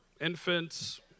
infants